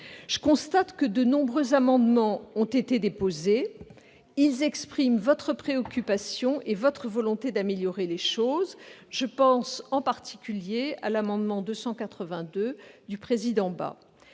Je constate que de nombreux amendements ont été déposés. Ils expriment votre préoccupation et votre volonté d'améliorer les choses. Je pense en particulier à l'amendement n° 282 de la